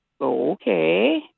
okay